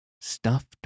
stuffed